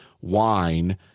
wine